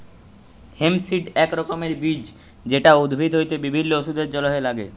hemp seed এক রকমের বীজ যেটা উদ্ভিদ হইতে বিভিল্য ওষুধের জলহে লাগ্যে